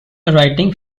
writing